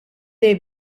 dei